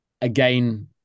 Again